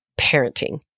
parenting